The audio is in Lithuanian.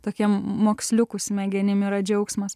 tokiem moksliukų smegenim yra džiaugsmas